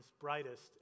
brightest